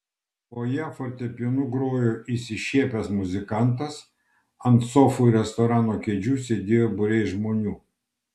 fojė fortepijonu grojo išsišiepęs muzikantas ant sofų ir restorano kėdžių sėdėjo būriai žmonių